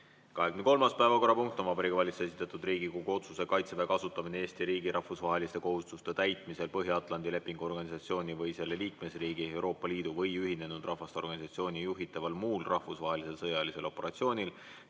23. päevakorrapunkt on Vabariigi Valitsuse esitatud Riigikogu otsuse "Kaitseväe kasutamine Eesti riigi rahvusvaheliste kohustuste täitmisel Põhja-Atlandi Lepingu Organisatsiooni või selle liikmesriigi, Euroopa Liidu või Ühinenud Rahvaste Organisatsiooni juhitaval muul rahvusvahelisel sõjalisel operatsioonil